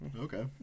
Okay